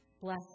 Bless